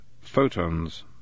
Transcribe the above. photons